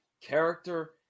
character